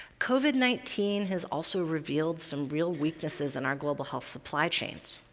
covid nineteen has also revealed some real weaknesses in our global health supply chains.